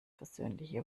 versöhnliche